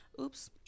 oops